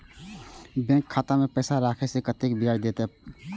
Bank खाता में पैसा राखे से कतेक ब्याज देते बैंक?